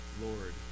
Lord